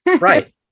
right